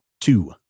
Two